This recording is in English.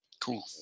Cool